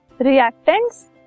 reactants